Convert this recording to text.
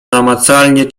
namacalnie